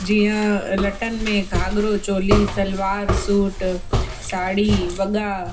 जीअं लटनि में घाघरो चोली सलवार सूट साड़ी वॻा